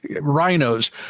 rhinos